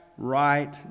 right